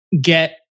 get